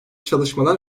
çalışmalar